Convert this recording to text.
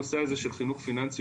הנושא הזה של חינוך פיננסי,